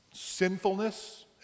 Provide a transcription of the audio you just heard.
Sinfulness